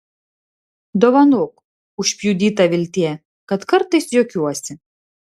dovanok užpjudyta viltie kad kartais juokiuosi